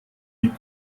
die